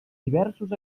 diversos